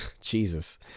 Jesus